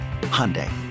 Hyundai